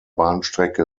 bahnstrecke